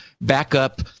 backup